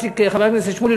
חבר הכנסת שמולי,